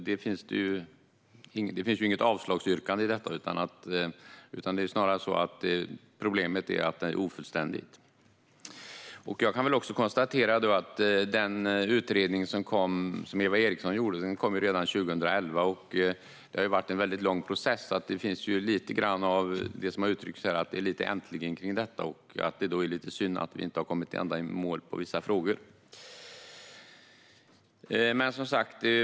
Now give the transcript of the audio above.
Det finns ju inget avslagsyrkande i detta, utan problemet är att det är ofullständigt. Utredningen som Eva Eriksson gjorde kom redan 2011, så jag kan konstatera att det har varit en lång process. Som uttryckts här finns det lite "Äntligen!" i detta. Då är det synd att vi inte har kommit ända i mål i vissa frågor.